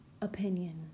opinion